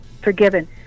forgiven